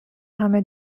همه